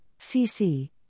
CC